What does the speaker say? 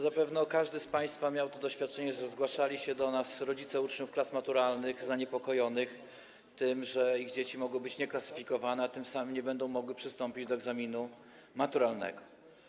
Zapewne każdy z państwa miał takie doświadczenia, że zgłaszali się rodzice uczniów klas maturalnych zaniepokojonych tym, że ich dzieci mogły być nieklasyfikowane, a tym samym nie mogłyby przystąpić do egzaminu maturalnego.